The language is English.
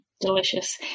Delicious